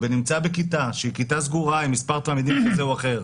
ונמצא בכיתה שהיא כיתה סגורה עם מספר תלמידים הזה או אחר,